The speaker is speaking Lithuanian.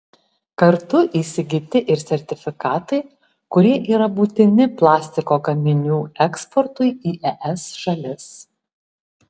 kartu įsigyti ir sertifikatai kurie yra būtini plastiko gaminių eksportui į es šalis